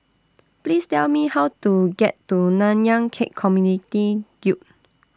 Please Tell Me How to get to Nanyang Khek Community Guild